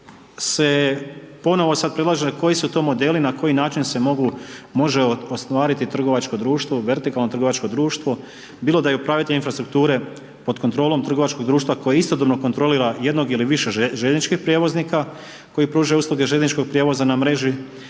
se ponovno sad predlaže da koji su to modeli, na koji način se može ostvariti trgovačko društvo u vertikalno trgovačko društvo bilo da je upravitelj infrastrukture pod kontrolom trgovačkog društva koji istodobno kontrolira jednog ili više željezničkih prijevoznika, koji pružaju usluge željezničkog prijevoza na mreži